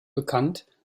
bekannt